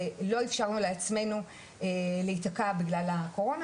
ולא אפשרנו לעצמנו להיתקע בגלל הקורונה,